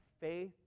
faith